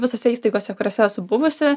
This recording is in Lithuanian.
visose įstaigose kuriose esu buvusi